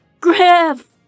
GRIFF